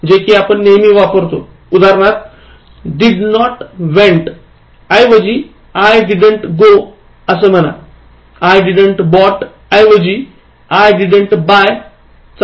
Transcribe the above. जे कि आपण नेहमी वापरतो उदाहरणार्थ did not went ऐवजी I didn't go म्हणाI didn't bought ऐवजी I didn't buy वापरा